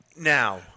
Now